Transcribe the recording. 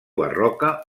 barroca